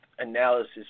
Analysis